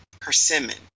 persimmon